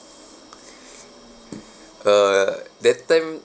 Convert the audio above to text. uh that time